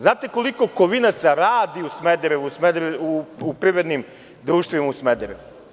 Znate li koliko Kovinaca radi u Smederevu, u privrednim društvima u Smederevu?